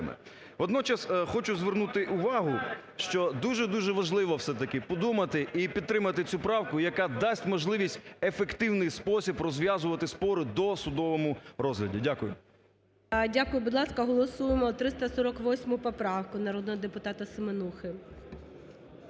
Водночас, хочу звернути увагу, що дуже-дуже важливо все-таки подумати і підтримати цю правку, яка дасть можливість в ефективний спосіб розв'язувати спори в досудовому розгляді. Дякую. ГОЛОВУЮЧИЙ. Дякую. Будь ласка, голосуємо 348 поправку народного депутата Семенухи.